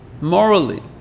morally